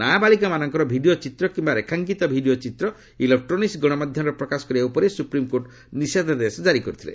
ନା ବାଳିକାମାନଙ୍କର ଭିଡ଼ିଓ ଚିତ୍ର କିମ୍ବା ରେଖାଙ୍କିତ ଭିଡ଼ିଓ ଚିତ୍ର ଇଲେକ୍ଟ୍ରୋନିକ୍ ଗଣମାଧ୍ୟମରେ ପ୍ରକାଶ କରିବା ଉପରେ ସୁପ୍ରିମ୍କୋର୍ଟ ନିଶେଧାଦେଶ ଜାରି କରିଥିଲେ